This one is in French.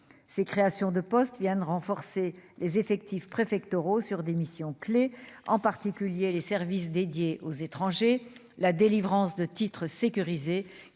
ces créations de postes viennent renforcer les effectifs préfectoraux sur des missions clés, en particulier les services dédiés aux étrangers la délivrance de titres sécurisés